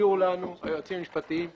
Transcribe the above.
שהסבירו לנו היועצים המשפטיים,